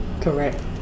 correct